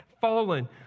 fallen